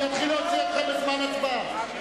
אני אתחיל להוציא אתכם בזמן הצבעה.